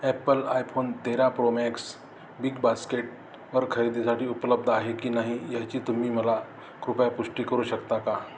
Apple iPhone तेरा Pro Max Big बास्केटवर खरेदीसाठी उपलब्ध आहे की नाही याची तुम्ही मला कृपया पुष्टी करू शकता का